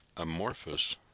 amorphous